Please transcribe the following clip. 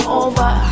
over